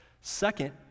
Second